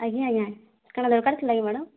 ଆଜ୍ଞା ଆଜ୍ଞା କା'ଣା ଦର୍କାର୍ ଥିଲା କି ମ୍ୟାଡ଼ାମ୍